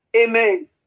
Amen